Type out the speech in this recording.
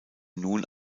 nun